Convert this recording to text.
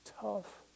tough